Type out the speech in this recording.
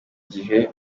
gihe